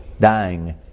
Dying